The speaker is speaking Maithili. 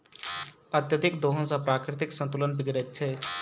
अत्यधिक दोहन सॅ प्राकृतिक संतुलन बिगड़ैत छै